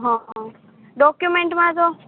હં હં ડોક્યુમેન્ટમાં તો